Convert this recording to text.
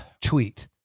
tweet